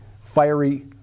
fiery